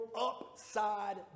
upside